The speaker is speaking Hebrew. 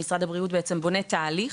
משרד הבריאות בעצם בונה תהליך,